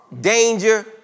danger